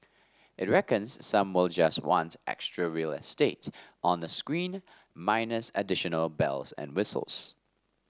it reckons some will just want extra real estate on a screen minus additional bells and whistles